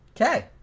okay